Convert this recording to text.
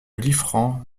liffrand